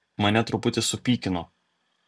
mane truputį supykino